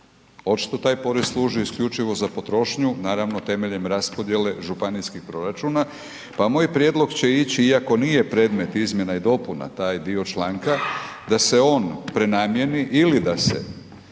Očito taj porez služi isključivo za potrošnju, naravno temeljem raspodjele županijskih proračuna, pa moj prijedlog će ići iako nije predmet izmjena i dopuna taj dio članka, da se on prenamijeni ili da se